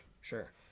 Sure